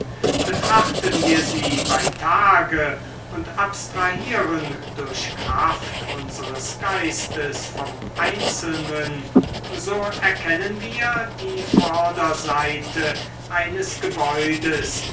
betrachten wir sie bei tage und abstrahieren durch kraft unseres geistes vom einzelnen so erkennen wir die vorderseite eines gebäudes